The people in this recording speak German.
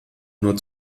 nur